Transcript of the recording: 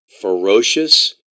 ferocious